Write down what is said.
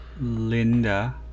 Linda